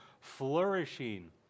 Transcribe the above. flourishing